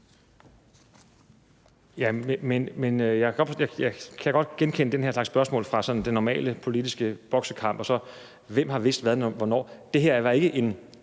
Jeg kan godt genkende den her slags spørgsmål fra sådan den normale politiske boksekamp – hvem har vidst hvad hvornår? Det her er ikke en